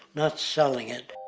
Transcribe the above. not selling it.